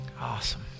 awesome